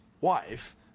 wife